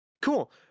Cool